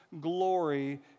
glory